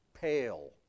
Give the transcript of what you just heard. pale